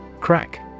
Crack